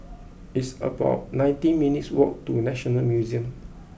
it's about nineteen minutes' walk to National Museum